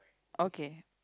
okay